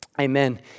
Amen